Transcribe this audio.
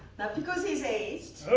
not because he's aged,